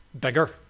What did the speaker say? bigger